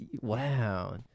Wow